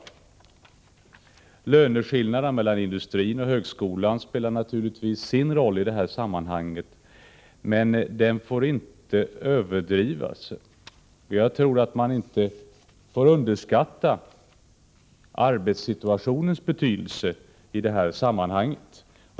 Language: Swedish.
Löneskillnaden mellan industrin och högskolan spelar naturligtvis sin roll, men den får inte överdrivas. Man får enligt min mening inte underskatta arbetssituationens betydelse i sammanhanget.